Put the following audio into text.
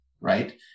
right